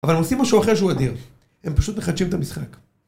אבל הם עושים משהו אחר שהוא אדיר, הם פשוט מחדשים את המשחק.